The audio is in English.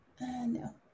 No